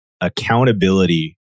accountability